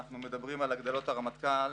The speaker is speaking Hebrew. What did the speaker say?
אנחנו מדברים על הגדלות הרמטכ"ל.